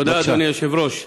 תודה, אדוני היושב-ראש.